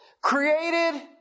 Created